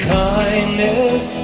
kindness